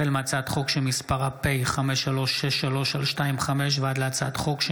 החל בהצעת החוק פ/5363/25 וכלה בהצעת חוק